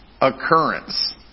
occurrence